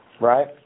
Right